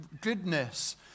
goodness